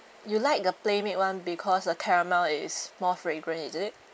you like the PlayMade [one] because the caramel is more fragrant is it